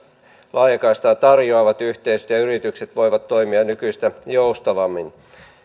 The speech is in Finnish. laajakaistaa tarjoavat yhteisöt ja yritykset voivat toimia nykyistä joustavammin